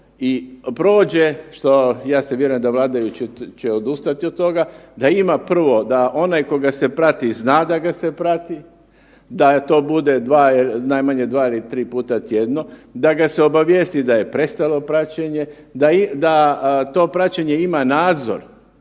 i prođe, što, ja se vjerujem da vladajući će odustati od toga, da ima prvo da onaj koga se prati, zna da ga se prati, da to bude najmanje 2 ili 3 puta tjedno, da ga se obavijesti da je prestalo praćenje, da to praćenje ima nadzor,